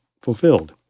fulfilled